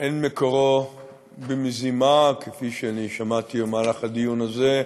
אין מקורו במזימה, כפי ששמעתי במהלך הדיון הזה,